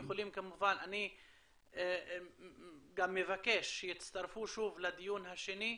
אני גם מבקש שיצטרפו שוב לדיון השני,